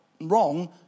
wrong